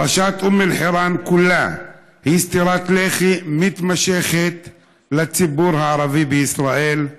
פרשת אום אל-חיראן כולה היא סטירת לחי מתמשכת לציבור הערבי בישראל,